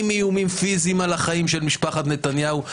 עם איומים פיזיים על החיים של משפחת נתניהו,